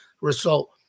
result